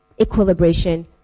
equilibration